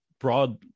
broad